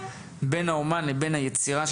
בין האמן לבין היצירה,